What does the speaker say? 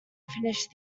finish